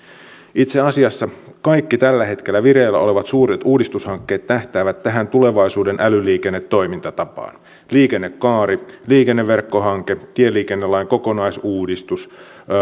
itse asiassa kaikki tällä hetkellä vireillä olevat suuret uudistushankkeet tähtäävät tähän tulevaisuuden älyliikennetoimintatapaan liikennekaari liikenneverkkohanke tieliikennelain kokonaisuudistus